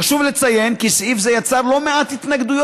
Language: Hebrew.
חשוב לציין כי סעיף זה יצר לא מעט התנגדויות